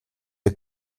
ihr